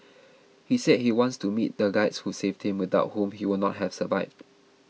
he said he wants to meet the guides who saved him without whom he would not have survived